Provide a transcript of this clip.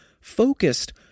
focused